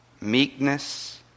meekness